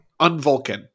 Unvulcan